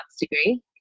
degree